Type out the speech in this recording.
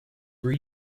were